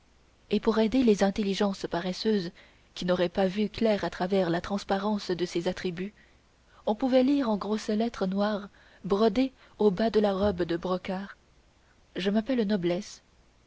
et pour aider les intelligences paresseuses qui n'auraient pas vu clair à travers la transparence de ces attributs on pouvait lire en grosses lettres noires brodées au bas de la robe de brocart je m'appelle noblesse